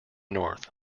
north